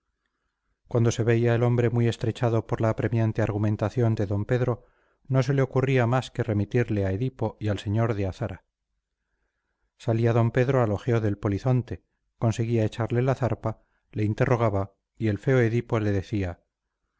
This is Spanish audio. cuando se veía el hombre muy estrechado por la apremiante argumentación de d pedro no se le ocurría más que remitirle a edipo y al sr de azara salía d pedro al ojeo del polizonte conseguía echarle la zarpa le interrogaba y el feo edipo le decía